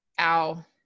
Ow